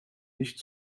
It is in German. nicht